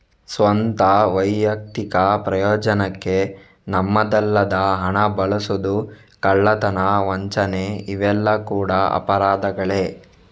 ಸ್ವಂತ, ವೈಯಕ್ತಿಕ ಪ್ರಯೋಜನಕ್ಕೆ ನಮ್ಮದಲ್ಲದ ಹಣ ಬಳಸುದು, ಕಳ್ಳತನ, ವಂಚನೆ ಇವೆಲ್ಲ ಕೂಡಾ ಅಪರಾಧಗಳೇ